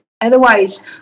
otherwise